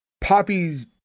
Poppy's